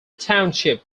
township